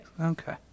Okay